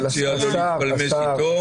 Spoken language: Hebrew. אני מציע לא להתפלמס איתו.